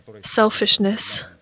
selfishness